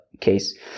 case